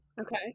Okay